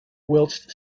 whilst